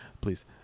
please